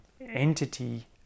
entity